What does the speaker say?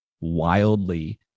wildly